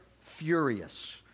furious